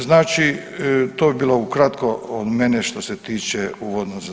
Znači to bi bilo ukratko od mene što se tiče uvodno za zakon.